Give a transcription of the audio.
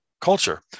culture